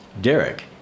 Derek